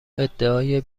ادعای